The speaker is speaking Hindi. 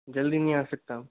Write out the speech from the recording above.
जल्दी नहीं आ सकता